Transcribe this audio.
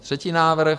Třetí návrh.